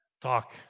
talk